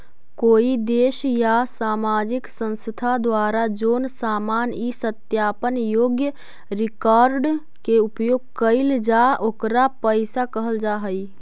कोई देश या सामाजिक संस्था द्वारा जोन सामान इ सत्यापन योग्य रिकॉर्ड के उपयोग कईल जा ओकरा पईसा कहल जा हई